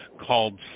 called